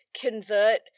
convert